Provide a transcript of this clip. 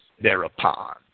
thereupon